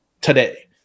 today